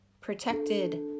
protected